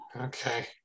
Okay